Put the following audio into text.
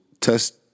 test